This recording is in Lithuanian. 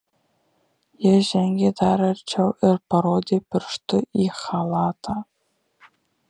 ji žengė dar arčiau ir parodė pirštu į chalatą